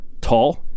tall